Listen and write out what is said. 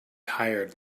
tired